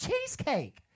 cheesecake